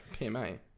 PMA